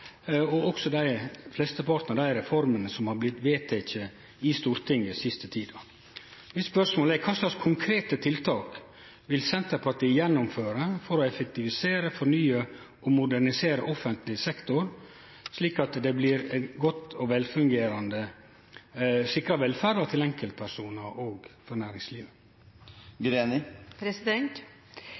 og også flesteparten av dei reformene som har blitt vedtekne i Stortinget den siste tida. Spørsmålet mitt er: Kva for konkrete tiltak vil Senterpartiet gjennomføre for å effektivisere, fornye og modernisere offentleg sektor, slik at ein sikrar velferda til enkeltpersonar og næringslivet? Senterpartiet er selvsagt enig i at vi må effektivisere og optimalisere de kommunale tjenestene, men for